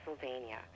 Pennsylvania